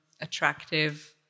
attractive